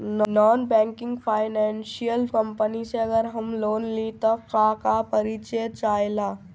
Non banking financial company से अगर हम लोन लि त का का परिचय चाहे ला?